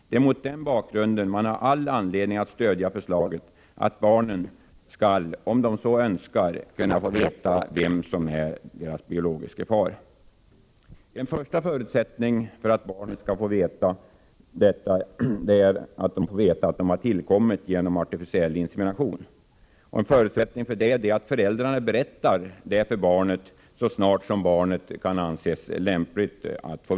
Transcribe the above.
Det är mot den bakgrunden man har all anledning att stödja förslaget att barnet skall — om det så önskar — kunna få veta vem som är den biologiske fadern. En första förutsättning för att barnet skall få veta vem som är den biologiske fadern är att det får veta att det tillkommit genom ar''ficiell insemination. Och en förutsättning härför är att föräldrarna berättar det för barnet så snart barnet uppnått en lämplig mognad.